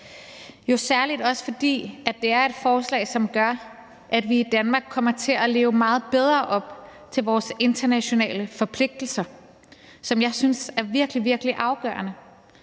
jo særlig også, fordi det er et forslag, som gør, at vi i Danmark kommer til at leve meget bedre op til vores internationale forpligtelser, som jeg synes er virkelig, virkelig afgørende,